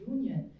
Union